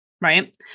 right